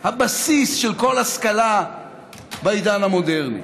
הבסיס של כל השכלה בעידן המודרני.